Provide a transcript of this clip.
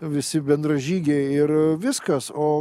visi bendražygiai ir viskas o